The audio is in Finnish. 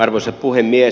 arvoisa puhemies